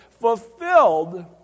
fulfilled